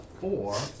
four